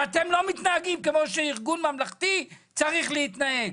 אתם לא מתנהגים כמו שארגון ממלכתי צריך להתנהג.